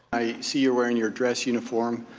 i see you're wearing your dress uniform,